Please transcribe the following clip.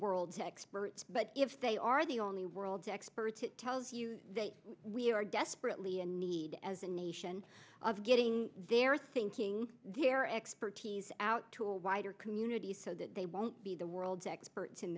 world's experts but if they are the only world's experts it tells you we are desperately in need as a nation of getting their thinking their expertise out to a wider community so that they won't be the world's experts in